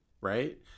Right